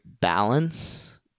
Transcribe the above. balance